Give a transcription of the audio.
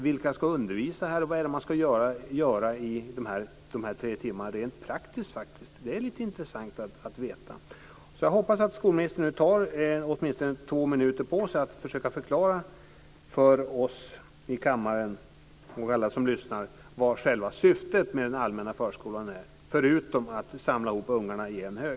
Vilka ska undervisa, och vad är det som man ska göra under de här tre timmarna rent praktiskt? Det är faktiskt lite intressant att veta. Jag hoppas att skolministern nu tar åtminstone två minuter på sig för att försöka förklara för oss i kammaren och alla som lyssnar vad själva syftet med den allmänna förskolan är förutom att man ska samla ihop ungarna i en hög.